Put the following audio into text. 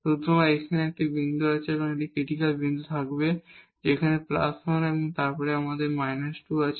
সুতরাং এখানে একটি বিন্দু আছে যেখানে একটি ক্রিটিকাল বিন্দু থাকবে আবার এখানে 1 এবং তারপর আমাদের একটি −2 আছে